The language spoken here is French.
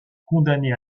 condamnés